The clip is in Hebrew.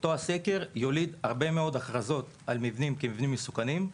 אותו הסקר יוליד הרבה מאוד הכרזות על מבנים כמבנים מסוכנים.